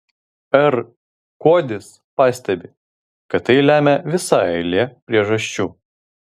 r kuodis pastebi kad tai lemia visa eilė priežasčių